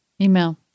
Email